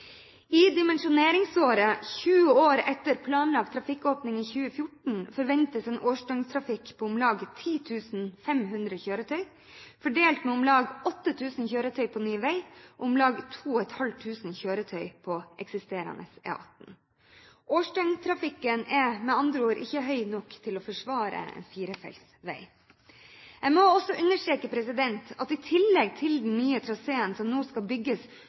I dimensjoneringsåret, 20 år etter planlagt trafikkåpning i 2014, forventes en årsdøgntrafikk på om lag 10 500 kjøretøy fordelt på om lag 8 000 kjøretøy på ny vei og om lag 2 500 kjøretøy på eksisterende E18. Årsdøgntrafikken er med andre ord ikke høy nok til å forsvare firefelts vei. Jeg må også understreke at i tillegg til at den nye traseen som nå skal bygges